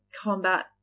combat